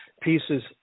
pieces